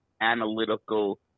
analytical